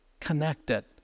connected